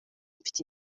mfite